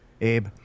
Abe